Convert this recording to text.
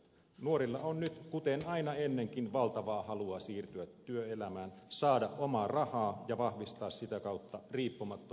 nuorilla on nyt kuten aina ennenkin valtavaa halua siirtyä työelämään saada omaa rahaa ja vahvistaa sitä kautta riippumattomuutta vanhemmistaan